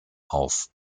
auf